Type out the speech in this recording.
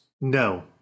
No